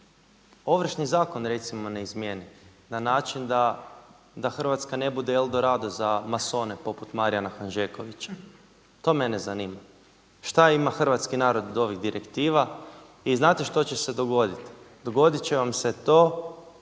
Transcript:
Ovršni zakon recimo ne izmijeni na način da Hrvatska ne bude El Dorado za Masone poput Marijana Hanžekovića, to mene zanima. Šta ima hrvatski narod od ovih direktiva? I znate šta će se dogoditi? Dogodit će vam se to